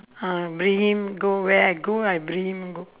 uh bring him go where I go I bring him go